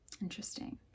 interesting